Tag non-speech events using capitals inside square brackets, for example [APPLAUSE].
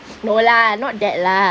[NOISE] no lah not that lah